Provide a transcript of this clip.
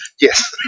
Yes